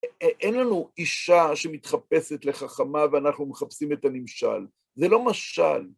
אין לנו אישה שמתחפשת לחכמה ואנחנו מחפשים את הנמשל, זה לא משל.